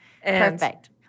Perfect